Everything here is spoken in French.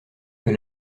que